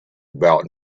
about